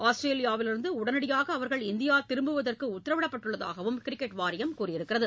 ஆஸ்திரேலியாவிலிருந்து உடனடியாக அவா்கள் இந்தியா திரும்புவதற்கு உத்தரவிடப்பட்டுள்ளதாக கிரிக்கெட் வாரியம் கூறியுள்ளது